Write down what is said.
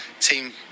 team